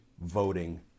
voting